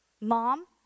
Mom